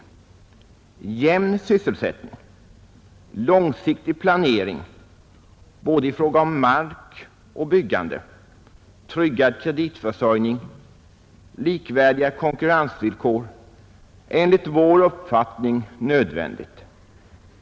Det är enligt vår uppfattning nödvändigt med jämn sysselsättning, långsiktig planering i fråga om både mark och byggande, tryggad kreditförsörjning och likvärdiga konkurrensvillkor.